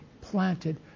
planted